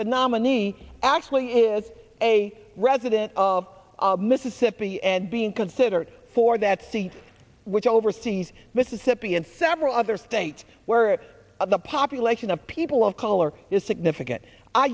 the nominee actually is a resident of mississippi and being considered for that seat which oversees mississippi and several other states where it of the population of people of color is significant i